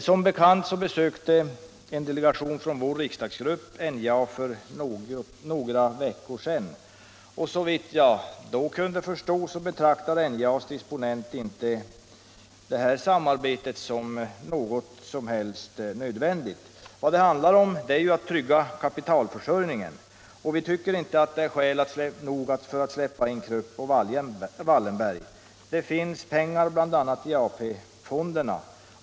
Som bekant besökte en delegation från vår riksdagsgrupp för några veckor sedan NJA, och såvitt jag då kunde förstå betraktade NJA:s disponent inte alls det här samarbetet som något nödvändigt. Vad det handlar om är ju att trygga kapitalförsörjningen, och vi tycker inte att det är skäl nog att släppa in Krupp och Wallenberg. Det finns pengar, bl.a. i AP-fonderna.